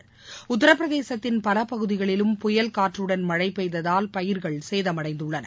டத்தரபிரதேசத்தின் பல பகுதிகளிலும் புயல் காற்றுடன் மழை பெய்ததால் பயிர்கள் சேதமடைந்துள்ளன